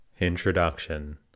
Introduction